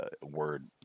word